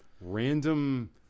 random